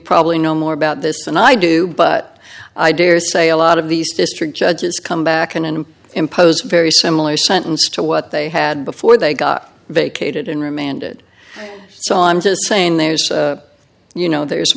probably know more about this than i do but i daresay a lot of these district judges come back in and impose very similar sentence to what they had before they got vacated in remanded so i'm just saying there's you know there's a